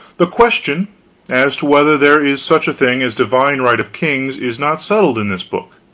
the question as to whether there is such a thing as divine right of kings is not settled in this book.